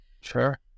Sure